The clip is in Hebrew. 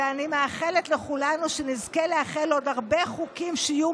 ואני מאחלת לכולנו שנזכה לאחל עוד הרבה חוקים שיהיו